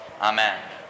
Amen